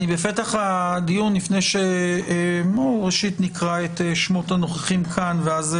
בפתח הדיון נקרא את שמות הנוכחים ולאחר